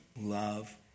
Love